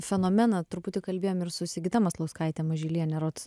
fenomeną truputį kalbėjom ir su sigita maslauskaite mažyliene rods